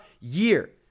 year